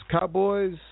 Cowboys